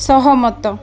ସହମତ